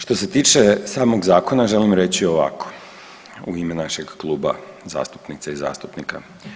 Što se tiče samog zakona želim reći ovako u ime našeg kluba zastupnica i zastupnika.